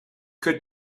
could